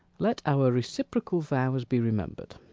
let our reciprocal vows be remembered.